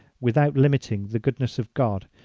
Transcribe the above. without limiting the goodness of god,